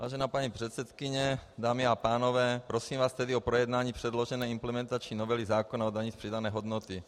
Vážená paní předsedající, dámy a pánové, prosím vás tedy o projednání předložené implementační novely zákona o dani z přidané hodnoty.